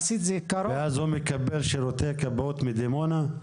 ואז הוא מקבל שירותי כבאות מדימונה?